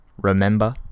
remember